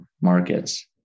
markets